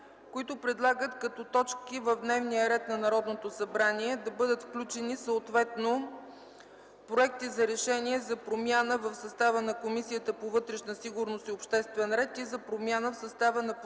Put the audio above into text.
които предлагат като точки в дневния ред на Народното събрание да бъдат включени съответно проекти за решение за промяна в състава на Комисията по вътрешна сигурност и обществен ред и за промяна в състава на Постоянната